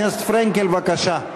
חברת הכנסת פרנקל, בבקשה.